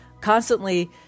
constantly